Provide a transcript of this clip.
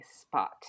spot